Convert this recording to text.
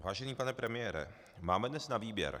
Vážený pane premiére, máme dnes na výběr.